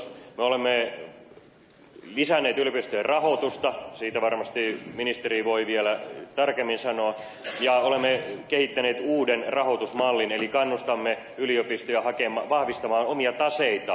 me olemme lisänneet yliopistojen rahoitusta siitä varmasti ministeri voi vielä tarkemmin sanoa ja olemme kehittäneet uuden rahoitusmallin eli kannustamme yliopistoja vahvistamaan omia taseitaan